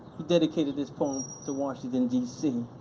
dedicated this poem to washington, d c.